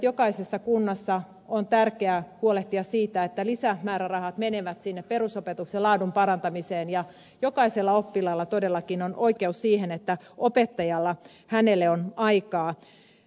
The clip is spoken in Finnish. jokaisessa kunnassa on tärkeää huolehtia siitä että lisämäärärahat menevät sinne perusopetuksen laadun parantamiseen ja jokaisella oppilaalla todellakin on oikeus siihen että opettajalla on hänelle aikaa